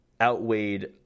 outweighed